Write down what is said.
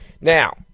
Now